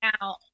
now